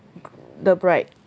the bride